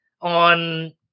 on